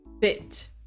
bit